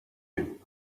you